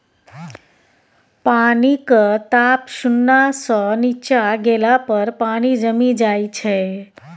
पानिक ताप शुन्ना सँ नीच्चाँ गेला पर पानि जमि जाइ छै